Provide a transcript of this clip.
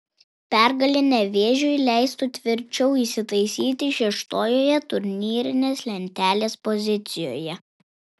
pergalė nevėžiui leistų tvirčiau įsitaisyti šeštojoje turnyrinės lentelės pozicijoje